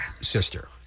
sister